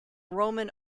roman